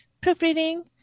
proofreading